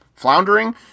floundering